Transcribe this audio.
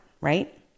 right